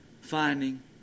finding